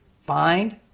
find